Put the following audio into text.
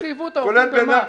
אם חייבו את העובדים במס,